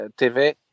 TV